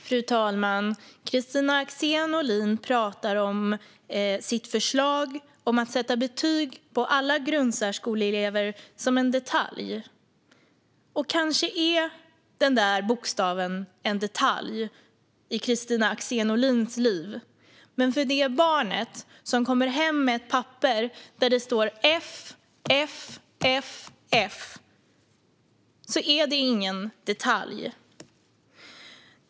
Fru talman! Kristina Axén Olin talar om sitt förslag om att sätta betyg på alla grundskoleelever som en "detalj". Kanske är den där bokstaven en detalj i Kristina Axén Olins liv, men för det barn som kommer hem med ett papper där det står F, F, F och F är det ingen detalj.